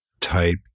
type